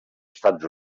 estats